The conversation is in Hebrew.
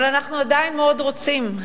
אבל אנחנו עדיין מאוד רוצים,